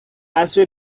اسب